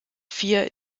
vier